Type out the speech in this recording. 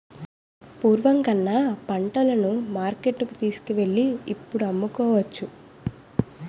పూర్వం కన్నా పంటలను మార్కెట్టుకు తీసుకువెళ్ళి ఇప్పుడు అమ్ముకోవచ్చును